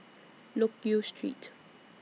Loke Yew Street